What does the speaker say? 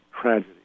tragedy